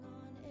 on